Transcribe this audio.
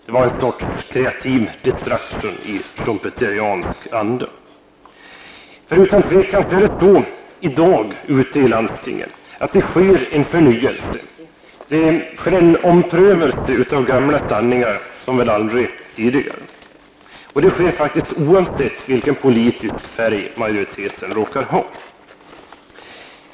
Det var en sorts ''creative destruction'' i Utan tvivel sker det i dag i landstingen en förnyelse och en omprövning av gamla sanningar som väl aldrig tidigare. Detta sker faktiskt oavsett vilken politisk färg majoriteten råkar ha.